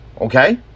Okay